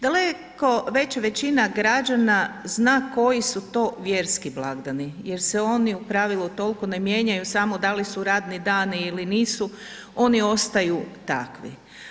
Daleko veća većina građana zna koji su to vjerski blagdani jer se oni u pravilu tolko ne mijenjaju, samo da li su radni dani ili nisu, oni ostaju takvi.